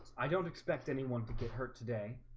i don't expect anyone to get hurt today,